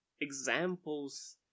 examples